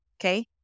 okay